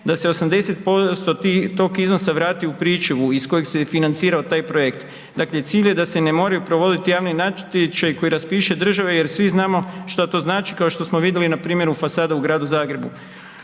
da se 80% tog iznosa vrati u pričuvu iz kojeg se i financirao taj projekt. Dakle, cilj je da se ne moraju provoditi javni natječaji koji raspiše država jer svi znamo šta to znači, kao šta smo vidjeli na primjeru fasada u Gradu Zagrebu.